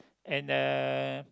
and the